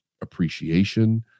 appreciation